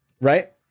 right